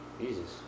Jesus